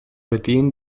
bedienen